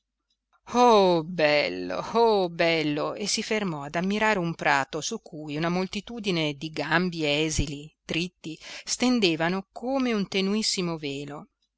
oh bello oh bello e si fermò ad ammirare un prato su cui una moltitudine di gambi esili dritti stendevano come un tenuissimo velo